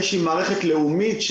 לאיזו מערכת לאומית,